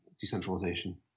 decentralization